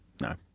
no